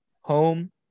home